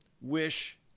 wish